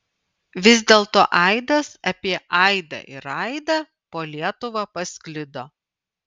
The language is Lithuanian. vis dėlto aidas apie aidą ir aidą po lietuvą pasklido